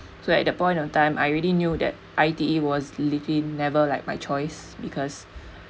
so at the point of time I already knew that I_T_E was literally never like my choice because